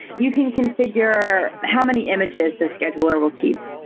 you can configure how many images the scheduler will keep.